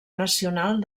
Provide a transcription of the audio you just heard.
nacional